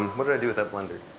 um what did i do with that blender?